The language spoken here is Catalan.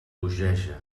bogeja